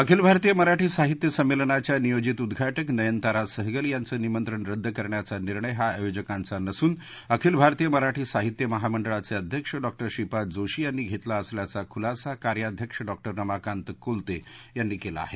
अखिल भारतीय मराठी साहित्य संमेलनाच्या नियोजित उद्घाटक नयनतारा सहगल यांचं निमंत्रण रद्द करण्याचा निर्णय हा आयोजकांचा नसून अखिल भारतीय मराठी साहित्य महामंडळाचे अध्यक्ष डॉक्टर श्रीपाद जोशी यांनी घेतला असल्याचा खुलासा कार्याध्यक्ष डॉक्टर रमाकांत कोलते यांनी केला आहे